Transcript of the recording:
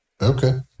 Okay